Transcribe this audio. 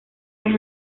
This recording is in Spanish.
las